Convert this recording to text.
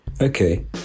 Okay